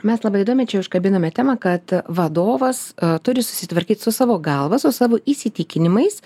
mes labai įdomią čia užkabinome temą kad vadovas turi susitvarkyt su savo galva su savo įsitikinimais